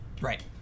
Right